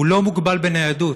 הוא לא מוגבל בניידות.